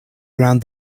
around